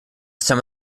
some